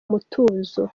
mutuzo